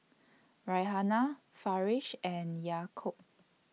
Raihana Firash and Yaakob